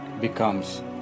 becomes